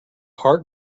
heart